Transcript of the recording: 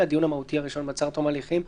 לדיון המהותי הראשון במעצר עד תום ההליכים?